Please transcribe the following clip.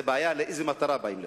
הבעיה היא לאיזו מטרה באים לבקר.